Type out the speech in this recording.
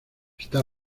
está